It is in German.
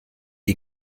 die